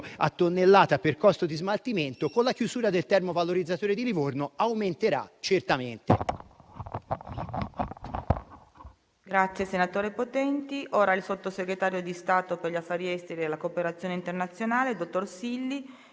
a tonnellata per costo di smaltimento, con la chiusura del termovalorizzatore di Livorno essa certamente